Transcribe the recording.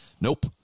Nope